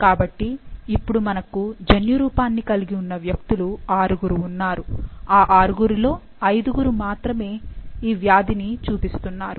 కాబట్టి ఇప్పుడు మనకు జన్యురూపాన్నికలిగి ఉన్నవ్యక్తులు ఆరుగురు ఉన్నారు ఆ ఆరుగురిలో ఐదుగురు మాత్రమే ఈ వ్యాధి ని చూపిస్తున్నారు